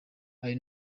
ari